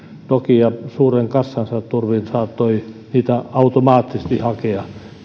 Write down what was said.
nokia saattoi suuren kassansa turvin ja prosessin kestäessä niitä automaattisesti hakea